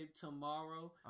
tomorrow